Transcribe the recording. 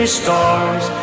stars